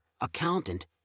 accountant